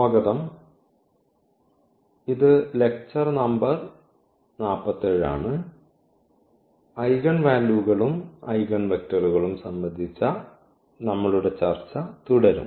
സ്വാഗതം ഇത് lecture number 47 ആണ് ഐഗൺ വാല്യൂകളും ഐഗൺ വെക്ടറുകളും സംബന്ധിച്ച നമ്മളുടെ ചർച്ച തുടരും